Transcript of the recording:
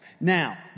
Now